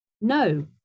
no